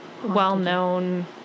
well-known